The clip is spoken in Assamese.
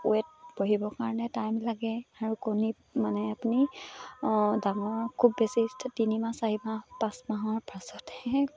ৱেইট বাঢ়িবৰ কাৰণে টাইম লাগে আৰু কণীত মানে আপুনি ডাঙৰ খুব বেছি তিনিমাহ চাৰিমাহ পাঁচমাহৰ পাছতহে